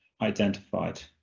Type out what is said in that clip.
identified